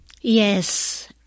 Yes